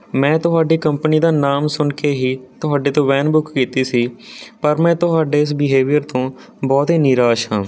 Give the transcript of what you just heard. ਮੈਂ ਤੁਹਾਡੇ ਕੰਪਨੀ ਦਾ ਨਾਮ ਸੁਣ ਕੇ ਹੀ ਤੁਹਾਡੇ ਤੋਂ ਵੈਨ ਬੁੱਕ ਕੀਤੀ ਸੀ ਪਰ ਮੈਂ ਤੁਹਾਡੇ ਇਸ ਬਿਹੇਵੀਅਰ ਤੋਂ ਬਹੁਤ ਹੀ ਨਿਰਾਸ਼ ਹਾਂ